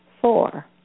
four